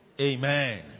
Amen